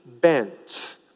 bent